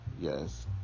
yes